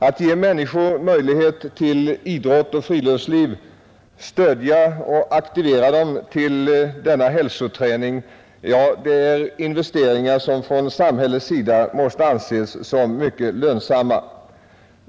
Att ge människor möjlighet till idrott och friluftsliv, att stödja och aktivera dem till denna hälsoträning, är investeringar som från samhällets sida måste anses mycket lönsamma.